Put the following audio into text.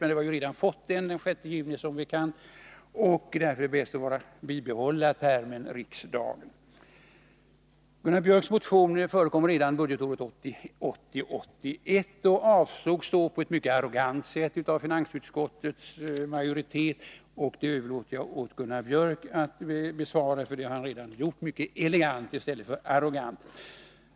Men det har vi redan fått en — den .6 juni, som bekant. Därför är det bäst att bibehålla termen riksdagen. Gunnar Biörcks motion förekom redan budgetåret 1980/81 och avstyrktes då på ett mycket arrogant sätt av finansutskottets majoritet. Det har Gunnar Biörck redan bemött mycket elegant i stället för arrogant.